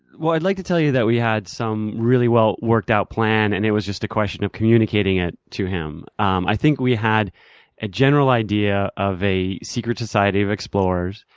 i'd like to tell you that we had some really well worked out plan and it was just a question of communicating it to him. um i think we had a general idea of a secret society of explorers.